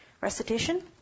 Recitation